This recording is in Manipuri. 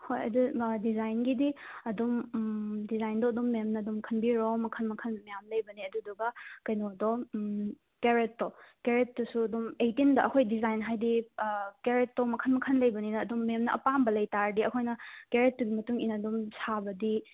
ꯍꯣꯏ ꯑꯗꯣ ꯗꯤꯖꯥꯏꯟꯒꯤꯗꯤ ꯑꯗꯨꯝ ꯗꯤꯖꯥꯏꯟꯗꯣ ꯑꯗꯨꯝ ꯃꯦꯝꯅ ꯑꯗꯨꯝ ꯈꯟꯕꯤꯔꯣ ꯃꯈꯟ ꯃꯈꯟ ꯃꯌꯥꯝ ꯂꯩꯕꯅꯦ ꯑꯗꯨꯗꯨꯒ ꯀꯩꯅꯣꯗꯣ ꯀꯦꯔꯦꯠꯇꯣ ꯀꯦꯔꯦꯠꯇꯨꯁꯨ ꯑꯗꯨꯝ ꯑꯩꯇꯤꯟꯗ ꯑꯩꯈꯣꯏ ꯗꯤꯖꯥꯏꯟ ꯍꯥꯏꯗꯤ ꯀꯦꯔꯦꯠꯇꯣ ꯃꯈꯟ ꯃꯈꯟ ꯂꯩꯕꯅꯤꯅ ꯑꯗꯨꯝ ꯃꯦꯝꯅ ꯑꯄꯥꯝꯕ ꯂꯩꯇꯥꯔꯗꯤ ꯑꯩꯈꯣꯏꯅ ꯀꯦꯔꯦꯠꯇꯨꯒꯤ ꯃꯇꯨꯡ ꯏꯟꯅ ꯑꯗꯨꯝ ꯁꯥꯕꯗꯤ